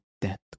death